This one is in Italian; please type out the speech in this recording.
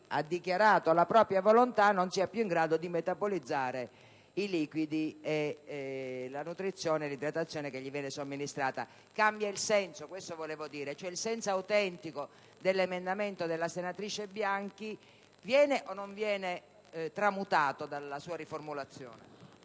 ha dichiarato la propria volontà non sia più in grado di metabolizzare la nutrizione e l'idratazione che gli vengono somministrate. Cambia il senso, questo volevo dire. Cioé, il senso autentico dell'emendamento della senatrice Bianchi viene o non viene tramutato dalla sua riformulazione?